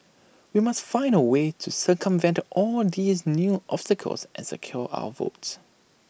we must find A way to circumvent all these new obstacles and secure our votes